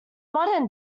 modern